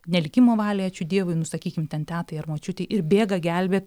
ne likimo valiai ačiū dievui nu sakykim ten tetai ar močiutei ir bėga gelbėt